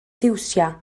ffiwsia